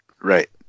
right